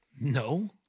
No